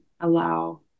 allow